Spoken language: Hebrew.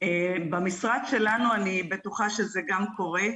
במשרד שלנו אני בטוחה שזה גם קורה,